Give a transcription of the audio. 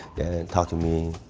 talk to me.